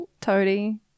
Toadie